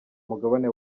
mugabane